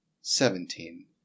Seventeen